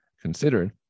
considered